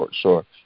sure